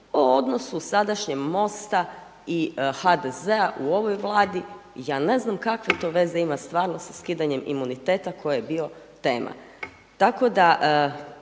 o odnosu sadašnjem Mosta i HDZ-a u ovoj Vladi. Ja ne znam kakve to veze ima stvarno sa skidanjem imuniteta koji je bio tema,